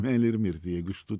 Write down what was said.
meilę ir mirtį jeigu šitų